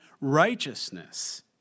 Righteousness